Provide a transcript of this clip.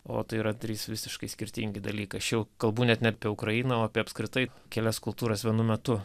o tai yra trys visiškai skirtingi dalykai aš jau kalbu net ne apie ukrainą o apie apskritai kelias kultūras vienu metu